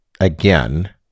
again